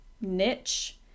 niche